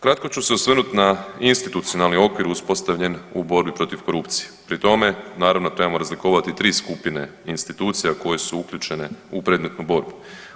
Kratko ću se osvrnut na institucionalni okvir uspostavljen u borbi protiv korupcije, pri tome naravno trebamo razlikovati tri skupine institucija koje su uključene u predmetnu borbu.